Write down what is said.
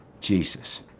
Jesus